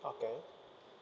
okay